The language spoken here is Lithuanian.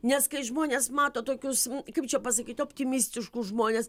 nes kai žmonės mato tokius kaip čia pasakyt optimistiškus žmones